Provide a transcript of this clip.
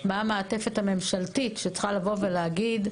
מה המעטפת הממשלתית שצריכה לבוא ולהגיד,